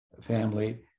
family